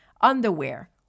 underwear